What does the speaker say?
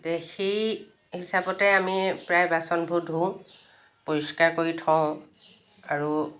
তে সেই হিচাপতে আমি প্ৰায় বাচনবোৰ ধোঁ পৰিষ্কাৰ কৰি থওঁ আৰু